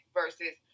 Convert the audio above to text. versus